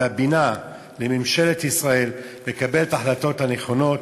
והבינה לממשלת ישראל לקבל את ההחלטות הנכונות.